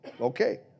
Okay